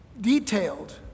detailed